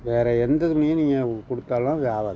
வேற எந்த துணியை நீங்கள் கொடுத்தாலும் அது ஆகாது